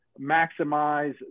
maximize